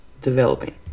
developing